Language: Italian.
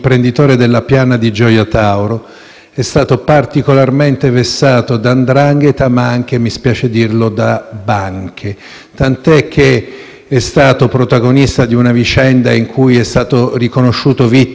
è stato particolarmente vessato da 'ndrangheta ma anche - mi spiace dirlo - da banche, tant'è che è stato protagonista di una vicenda in cui è stato riconosciuto vittima di usura bancaria.